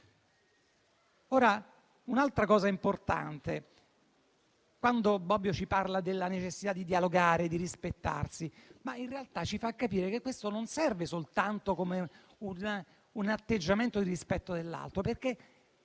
Un'altra cosa importante: quando Bobbio ci parla della necessità di dialogare e di rispettarsi, in realtà ci fa capire che questo non serve soltanto come un atteggiamento di rispetto dell'altro, perché